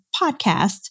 PODCAST